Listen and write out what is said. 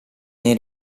nei